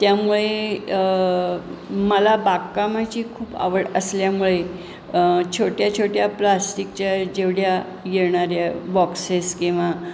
त्यामुळे मला बागकामाची खूप आवड असल्यामुळे छोट्या छोट्या प्लास्टिकच्या जेवढ्या येणाऱ्या बॉक्सेस किंवा